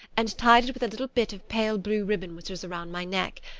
and tied it with a little bit of pale blue ribbon which was round my neck,